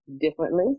differently